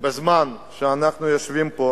בזמן שאנחנו יושבים פה